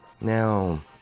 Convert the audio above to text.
Now